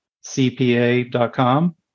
cpa.com